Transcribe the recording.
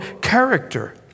character